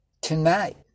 tonight